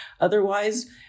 otherwise